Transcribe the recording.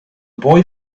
boy